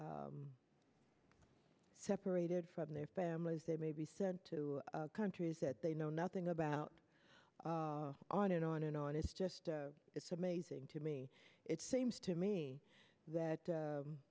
separated from their families they may be sent to countries that they know nothing about on and on and on it's just it's amazing to me it seems to me that